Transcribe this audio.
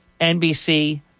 NBC